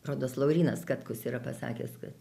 rodos laurynas katkus yra pasakęs kad